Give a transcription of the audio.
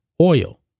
oil